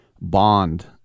bond